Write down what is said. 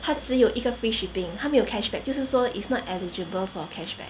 它只有一个 free shipping 它没有 cashback 就是说 it is not eligible for cashback